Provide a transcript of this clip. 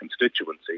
constituency